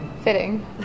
Fitting